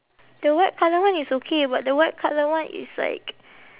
the white colour one is okay but the white colour one is like